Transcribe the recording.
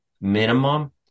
minimum